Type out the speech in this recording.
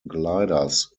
gliders